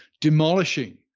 demolishing